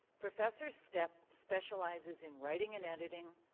professor stepp specializes in writing and editing,